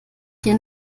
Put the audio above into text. hier